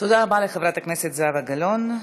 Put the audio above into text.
תודה רבה לחברת הכנסת זהבה גלאון.